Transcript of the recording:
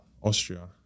Austria